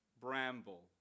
bramble